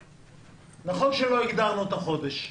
נכון שלא הגדרנו את החודש,